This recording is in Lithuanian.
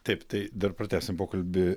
taip tai dar pratęsim pokalbį